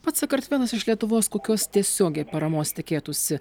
pats sakartvelas iš lietuvos kokios tiesiogiai paramos tikėtųsi